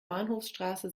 bahnhofsstraße